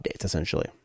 essentially